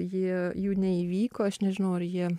jie jų neįvyko aš nežinau ar jie